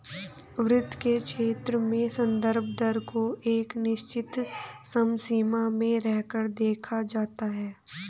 वित्त के क्षेत्र में संदर्भ दर को एक निश्चित समसीमा में रहकर देखा जाता है